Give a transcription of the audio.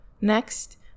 Next